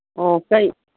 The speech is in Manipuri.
ꯑꯣ ꯀꯩ